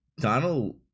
Donald